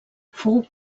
fou